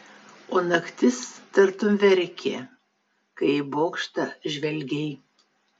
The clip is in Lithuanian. o naktis tartum verkė kai į bokštą žvelgei